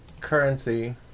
currency